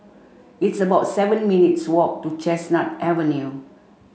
it's about seven minutes' walk to Chestnut Avenue